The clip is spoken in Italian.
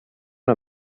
una